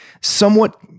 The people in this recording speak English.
somewhat –